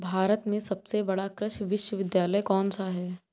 भारत में सबसे बड़ा कृषि विश्वविद्यालय कौनसा है?